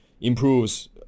improves